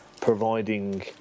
Providing